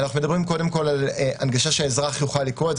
אנחנו מדברים קודם כול על הנגשה שהאזרח יוכל לקרוא את זה,